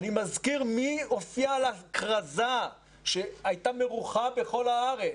אני מזכיר מי הופיע על הכרזה שהייתה מרוחה בכל הארץ: